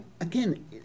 again